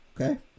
Okay